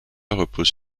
repose